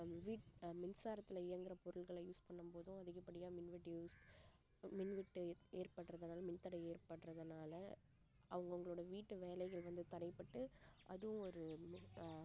வீட்டு மின்சாரத்தில் இயங்குகிற பொருள்களை யூஸ் பண்ணும்போதும் அதிகப்படியாக மின்வெட்டு யூஸ் மின்வெட்டு ஏற்படுறதுனால மின்தடை ஏற்படுறதுனால அவங்கவுங்களோட வீட்டு வேலைகள் வந்து தடைப்பட்டு அதுவும் ஒரு